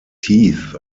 teeth